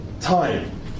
time